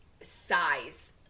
Size